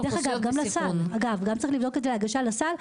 דרך אגב גם צריך לבדוק את ההנגשה לסל,